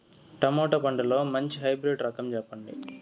Tomato పంటలో మంచి hybrid రకం చెప్పండి?